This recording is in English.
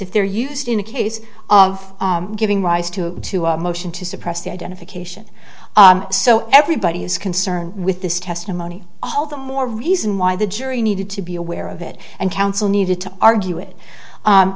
if they're used in a case of giving rise to a motion to suppress the identification so everybody is concerned with this testimony all the more reason why the jury needed to be aware of it and counsel needed to argue it